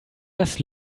das